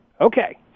Okay